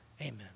Amen